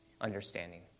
understanding